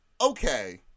Okay